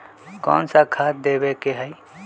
कोन सा खाद देवे के हई?